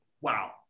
Wow